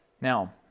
Now